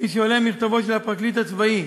כפי שעולה ממכתבו של הפרקליט הצבאי,